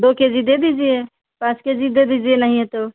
दो K G दे दीजिए पाँच जी दे दीजिए नहीं है तो